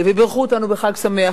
ובירכו אותנו ב"חג שמח",